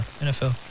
NFL